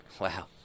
Wow